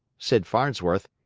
said farnsworth.